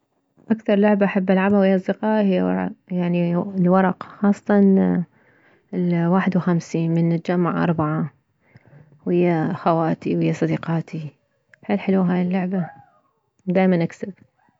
اكثر لعبة احب العبها ويه اصدقائي هي ورق يعني الورق خاصة الواحد وخمسين من نجمع اربعة ويه خواتي ويه صديقاتي حيل حلو هاي اللعبة دائما اكسب